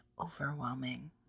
overwhelming